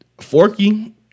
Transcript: Forky